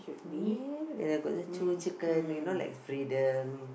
and then uh I got the two chicken you know like freedom